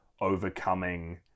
overcoming